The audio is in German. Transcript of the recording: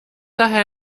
daher